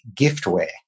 giftware